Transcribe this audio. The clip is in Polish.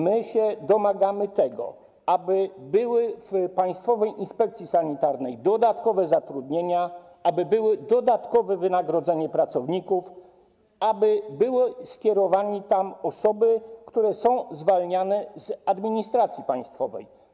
My domagamy się tego, aby były w Państwowej Inspekcji Sanitarnej dodatkowe zatrudnienia, aby było dodatkowe wynagradzanie pracowników, aby były skierowane tam osoby, które są zwalniane z administracji państwowej.